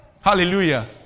Hallelujah